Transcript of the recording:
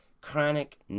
chronic